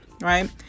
right